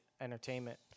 entertainment